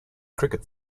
cricket